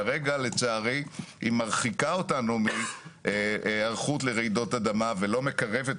כרגע לצערי היא מרחיקה אותנו מהיערכות לרעידות אדמה ולא מקרבת אותנו.